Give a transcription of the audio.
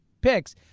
picks